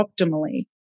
optimally